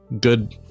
good